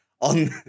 on